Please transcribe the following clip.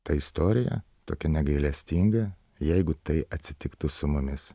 ta istorija tokia negailestinga jeigu tai atsitiktų su mumis